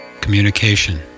communication